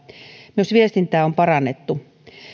myös viestintää on parannettu